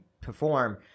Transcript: perform